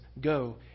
go